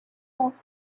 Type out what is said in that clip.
off